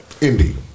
Indeed